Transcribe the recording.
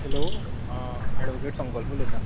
hello आ advocate Sankalp उलयतां